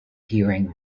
hearing